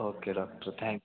okay doctor thank